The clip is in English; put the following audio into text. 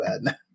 bad